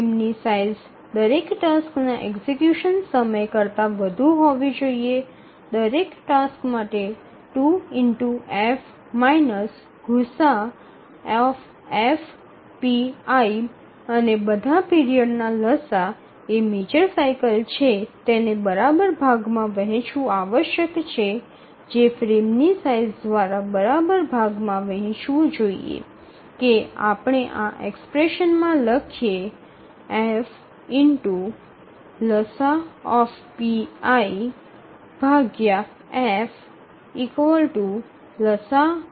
ફ્રેમની સાઇઝ દરેક ટાસ્કના એક્ઝેક્યુશન સમય કરતા વધુ હોવી જોઈએ દરેક ટાસ્ક માટે 2F ગુસાઅF pi અને બધા પીરિયડના લસાઅ જે મેજર સાઇકલ છે તેને બરાબર ભાગમાં વહેચવું આવશ્યક છે જે ફ્રેમની સાઇઝ દ્વારા બરાબર ભાગ માં વહેચવું જોઈએ કે આપણે આ એક્સપ્રેશન માં લખીએ f લસાઅ f લસાઅ